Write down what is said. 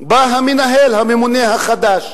בא המנהל הממונה החדש